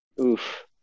Oof